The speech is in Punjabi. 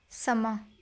ਸਮਾਂ